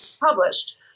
published